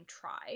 try